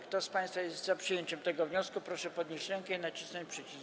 Kto z państwa jest za przyjęciem tego wniosku, proszę podnieść rękę i nacisnąć przycisk.